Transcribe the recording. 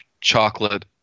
chocolate –